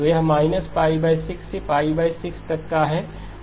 तो यह 6 से π 6 तक है